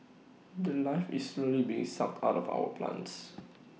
The Life is slowly being sucked out of our plants